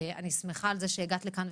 ואני שמחה על זה שהגעת לכאן,